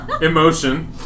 Emotion